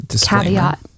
caveat